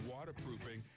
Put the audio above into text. Waterproofing